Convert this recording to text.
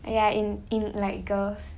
ya in in like girls